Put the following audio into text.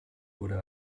wurde